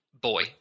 boy